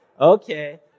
Okay